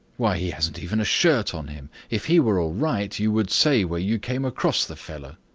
why, he hasn't even a shirt on him. if he were all right, you would say where you came across the fellow.